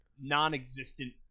non-existent